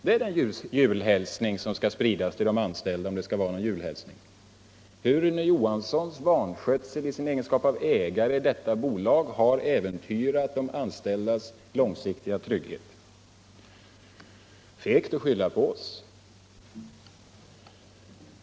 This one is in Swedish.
Det är den julhälsning som skall spridas till de anställda — om det skall vara någon julhälsning nämligen hur Rune Johanssons, i sin egenskap av ägare, vanskötsel av detta bolag har äventyrat de anställdas långsiktiga trygghet. Det är fegt att skylla på oss.